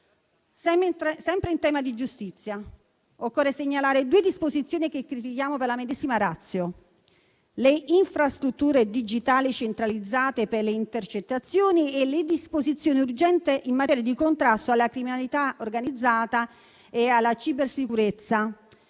Sempre in tema di giustizia, occorre segnalare due disposizioni che critichiamo per la medesima *ratio*: le infrastrutture digitali centralizzate per le intercettazioni e le disposizioni urgenti in materia di contrasto alla criminalità organizzata e di cybersicurezza,